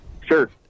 Sure